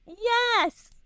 Yes